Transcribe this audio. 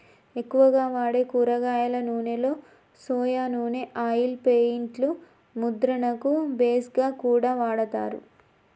ఎక్కువగా వాడే కూరగాయల నూనెలో సొయా నూనె ఆయిల్ పెయింట్ లు ముద్రణకు బేస్ గా కూడా వాడతారు